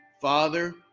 Father